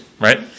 right